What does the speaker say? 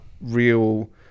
real